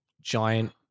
giant